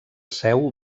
seu